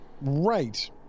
Right